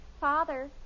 Father